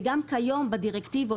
וגם היום בדירקטיבות,